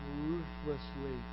ruthlessly